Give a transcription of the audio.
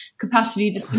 capacity